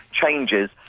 changes